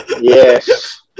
Yes